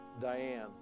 Diane